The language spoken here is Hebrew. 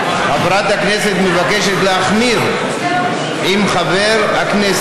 אני לא יודע אם אתה יודע,